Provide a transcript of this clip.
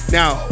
now